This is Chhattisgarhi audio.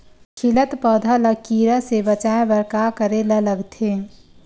खिलत पौधा ल कीरा से बचाय बर का करेला लगथे?